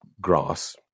grass